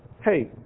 hey